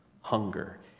hunger